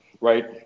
right